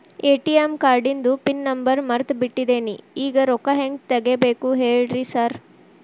ATM ಕಾರ್ಡಿಂದು pin number ಮರ್ತ್ ಬಿಟ್ಟಿದೇನಿ ಈಗ ರೊಕ್ಕಾ ಹೆಂಗ್ ತೆಗೆಬೇಕು ಹೇಳ್ರಿ ಸಾರ್